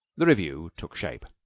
the revue took shape.